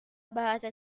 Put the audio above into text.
bahasa